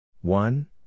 One